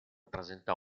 presentò